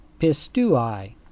Pistui